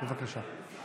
בבקשה.